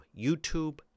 YouTube